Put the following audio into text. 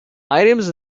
items